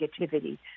negativity